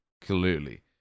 clearly